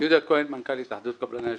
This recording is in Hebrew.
יהודה כהן, מנכ"ל התאחדות קבלני השיפוצים.